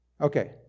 Okay